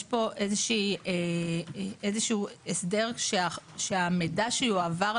פה יש לכם את ההסבר על מה שאת דיברת,